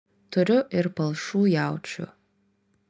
turiu ir palšų jaučių